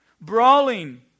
brawling